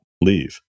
leave